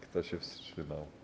Kto się wstrzymał?